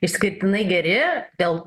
išskirtinai geri dėl